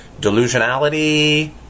delusionality